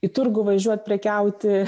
į turgų važiuot prekiauti